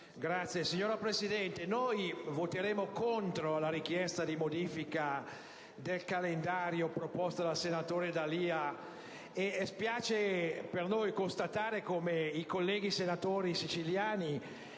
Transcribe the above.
Signora Presidente, noi voteremo contro la richiesta di modifica del calendario proposta dal senatore D'Alia. A noi spiace constatare come i colleghi senatori siciliani